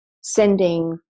sending